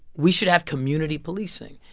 we should have community policing.